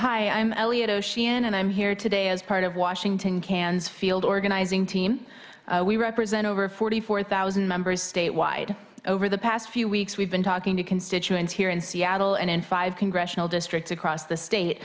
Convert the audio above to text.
thanks i'm elliot oceana and i'm here today as part of washington cannes field organizing team we represent over forty four thousand members statewide over the past few weeks we've been talking to constituents here in seattle and in five congressional districts across the state